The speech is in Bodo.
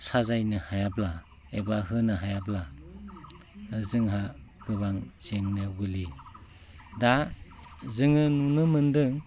साजायनो हायाब्ला एबा होनो हायाब्ला जोंहा गोबां जेंनायाव गोग्लैयो दा जोङो नुनो मोन्दों